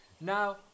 Now